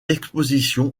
exposition